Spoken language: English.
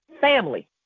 family